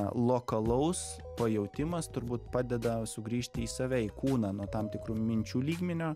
lokalaus pajautimas turbūt padeda sugrįžti į save į kūną nuo tam tikrų minčių lygmenio